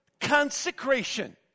consecration